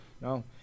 no